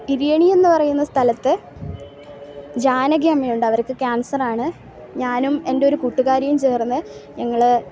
ഇരിയണി എന്ന് പറയുന്ന സ്ഥലത്ത് ജാനകിയമ്മയുണ്ട് അവർക്ക് ക്യാൻസറാണ് ഞാനും എൻറ്റൊരു കൂട്ടുകാരിയും ചേർന്ന് ഞങ്ങൾ